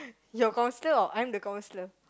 your counsellor or I'm the counsellor